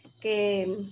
que